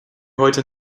heute